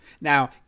Now